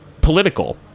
political